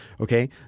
Okay